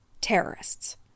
terrorists